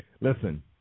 Listen